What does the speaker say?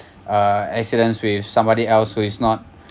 uh accidents with somebody else who is not